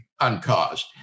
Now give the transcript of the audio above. uncaused